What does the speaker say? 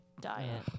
diet